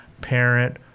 parent